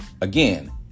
Again